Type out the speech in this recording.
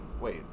Wait